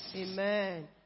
Amen